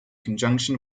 conjunction